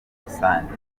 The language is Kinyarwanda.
rusange